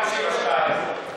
27,